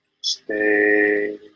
stay